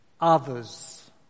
Others